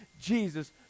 Jesus